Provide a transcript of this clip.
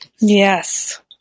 Yes